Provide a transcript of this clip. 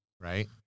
right